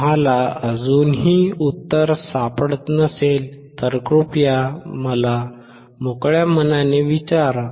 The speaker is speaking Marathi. तुम्हाला अजूनही उत्तर सापडत नसेल तर कृपया मला मोकळ्या मनाने विचारा